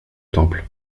temple